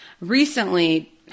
recently